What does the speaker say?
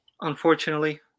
unfortunately